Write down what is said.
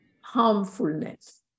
harmfulness